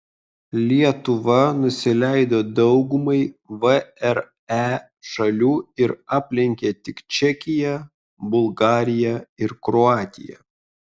lietuva nusileido daugumai vre šalių ir aplenkė tik čekiją bulgariją ir kroatiją